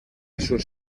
sus